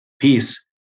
peace